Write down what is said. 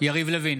יריב לוין,